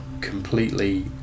completely